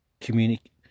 communicate